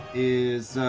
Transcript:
is